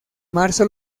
marzo